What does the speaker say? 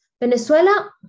Venezuela